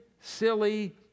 silly